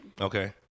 Okay